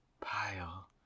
pile